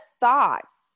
thoughts